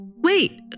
Wait